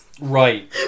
Right